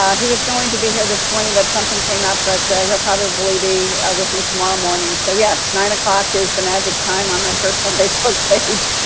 um he was going to here this morning, but something came up, but he'll probably be with me tomorrow morning. so yes, nine o'clock is the magic time on my personal facebook page.